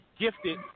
gifted